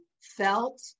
felt